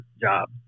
job